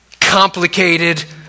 complicated